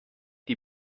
die